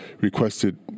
requested